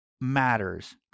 matters